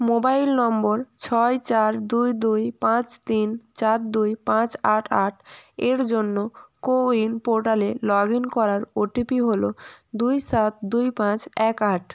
mobile number ছয় চার দুই দুই পাঁচ তিন চার দুই পাঁচ আট আট এর জন্য কোউইন পোর্টালে লগ ইন করার ওটিপি হলো দুই সাত দুই পাঁচ এক আট